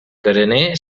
carener